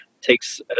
takes